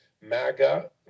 MAGA